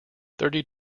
thirty